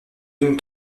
lignes